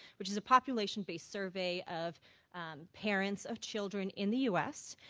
which is a population based survey of parents of children in the u s.